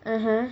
(uh huh)